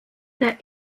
der